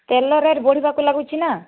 ତେଲ ରେଟ ବଢ଼ିବାକୁ ଲାଗୁଛି ନା